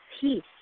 peace